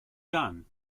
done